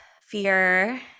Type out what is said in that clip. fear